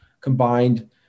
combined